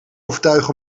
overtuigen